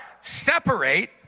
separate